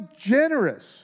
generous